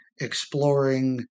exploring